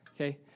okay